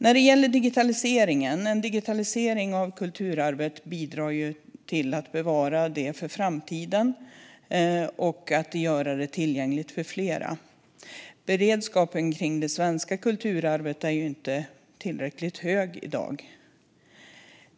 Sedan gäller det digitaliseringen. En digitalisering av kulturarvet bidrar till att bevara det för framtiden och till att göra det tillgängligt för fler. Beredskapen kring det svenska kulturarvet är inte tillräckligt hög i dag.